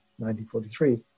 1943